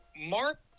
Mark